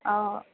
অঁ